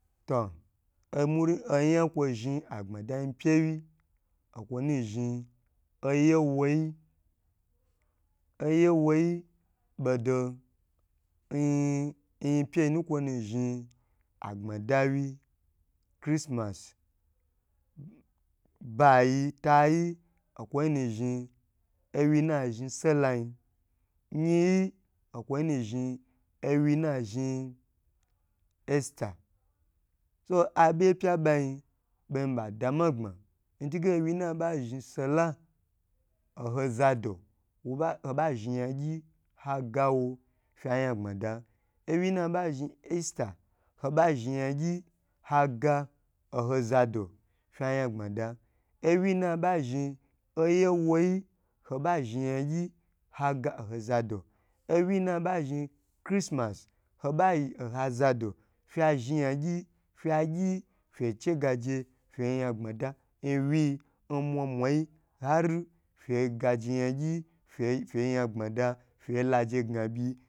To, omui-onya n kwo zhni agbma danyipye nkwonu zhni oyewoyi oye woyi bodo n n yipye nkwonu zhni agbmada wyi christmas nu hu bayi tayi okwonu zhi owyi na zhni salah yi yin yi okwonu zhi owyi na zhni easter so aboye pye bayi ben badama gbma ntige nwe naba zhni salah oho zado hoba zhni nygyi ha ga wo fye yan gbmada nwi naba zhni easter hoba zhni yangyi haga oho zado fya yan gbmada oya woyi hoba zhi yan gyi hago oha zado owyi naba zhni christmas ho ba yi oha zado fye zhni yangyi fe gye fe chegaje fe yan gbmada nwiyi n mwa mwa yi ar fe ga je yangyi fe fe yan gba da fe la je gna byi